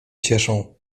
cieszą